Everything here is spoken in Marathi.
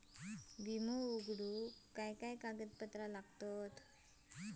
विमो उघडूक काय काय कागदपत्र लागतत?